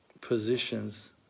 positions